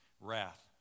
wrath